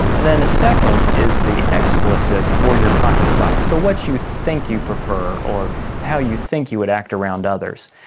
and then a second is the explicit or your conscious bias, so what you think you prefer or how you think you would act around others.